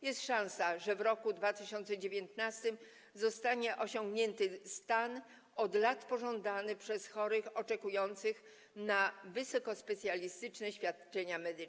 Jest szansa, że w roku 2019 zostanie osiągnięty stan od lat pożądany przez chorych oczekujących na wysokospecjalistyczne świadczenia medyczne.